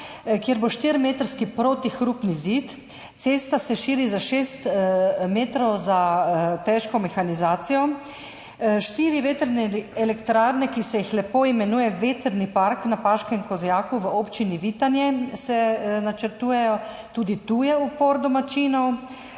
kjer bo štirimetrski protihrupni zid, cesta se širi za 6 metrov za težko mehanizacijo. Štiri vetrne elektrarne, ki se jih lepo imenuje vetrni park na Paškem Kozjaku, v občini Vitanje se načrtujejo, tudi tu je upor domačinov.